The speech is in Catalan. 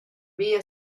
via